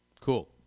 Cool